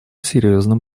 серьезным